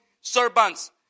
servants